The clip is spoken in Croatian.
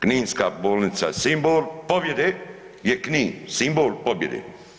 Kninska bolnica simbol pobjede je Knin, simbol pobjede.